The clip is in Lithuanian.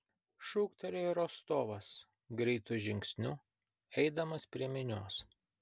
šūktelėjo rostovas greitu žingsniu eidamas prie minios